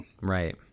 right